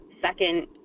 second